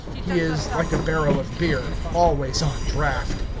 he is, like a barrel of beer, always on draft.